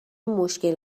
مشکل